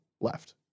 left